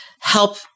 help